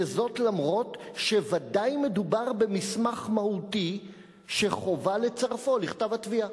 וזאת למרות שוודאי מדובר במסמך מהותי שחובה לצרפו לכתב התביעה".